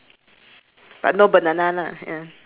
then after that the mother and the child that one